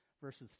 verses